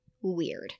weird